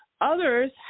Others